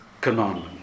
commandment